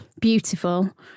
beautiful